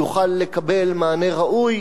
יוכל לקבל מענה ראוי.